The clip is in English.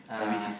uh